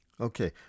Okay